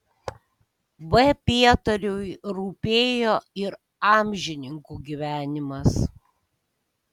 v pietariui rūpėjo ir amžininkų gyvenimas